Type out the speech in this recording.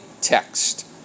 text